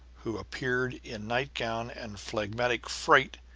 who appeared in nightgown and phlegmatic fright,